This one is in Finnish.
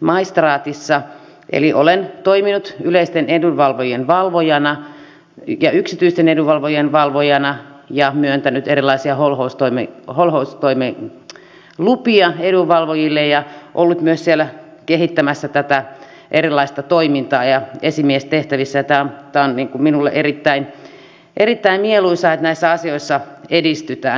maistraatissa eli olen toiminut yleisten edunvalvojien valvojana ja yksityisten edunvalvojien valvojana ja myöntänyt erilaisia holhoustoimilupia edunvalvojille ja ollut myös siellä kehittämässä tätä erilaista toimintaa ja esimiestehtävissä ja tämä on minulle erittäin mieluisaa että näissä asioissa edistytään